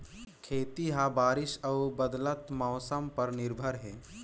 खेती ह बारिश अऊ बदलत मौसम पर निर्भर हे